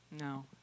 No